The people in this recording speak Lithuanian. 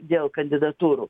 dėl kandidatūrų